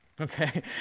okay